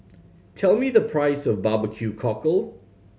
tell me the price of barbecue cockle